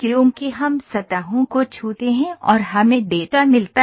क्योंकि हम सतहों को छूते हैं और हमें डेटा मिलता है